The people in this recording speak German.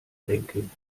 banking